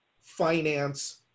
finance